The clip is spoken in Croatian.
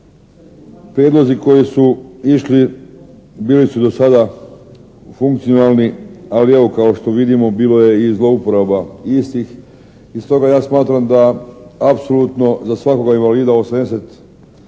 Prijedlozi koji su išli bili su do sada funkcionalni, ali evo kao što vidimo bilo je i zlouporaba istih i stoga ja smatram da apsolutno za svakoga invalida 80